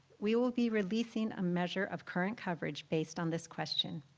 we will be releasing a measure of current coverage based on this question.